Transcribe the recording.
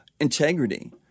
integrity